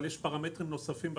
אבל יש פרמטרים נוספים בשמאות,